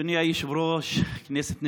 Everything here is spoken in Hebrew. אדוני היושב-ראש, כנסת נכבדה,